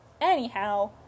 Anyhow